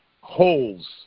holes